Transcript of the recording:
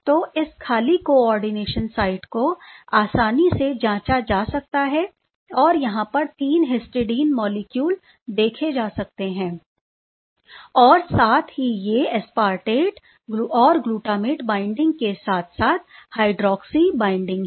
तो इस खाली कोआर्डिनेशन साइट को आसानी से जांचा जा सकता है और यहां पर तीन 3 हिस्टडीन मॉलिक्यूल देखे जा सकते हैं और साथ ही ये एस्पार्टेट और ग्लूटामेट बाइंडिंग के साथ साथ हाइड्रॉक्सी बाइंडिंग है